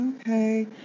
okay